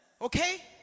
okay